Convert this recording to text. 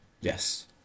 Yes